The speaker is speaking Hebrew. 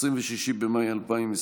(קיום ישיבת מועצה בהיוועדות חזותית),